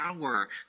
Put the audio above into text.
power